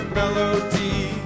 melody